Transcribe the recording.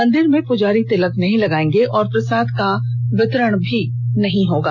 मंदिर में पुजारी तिलक नहीं लगाएंगे और प्रसाद का वितरण भी नहीं होगा